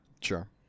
Sure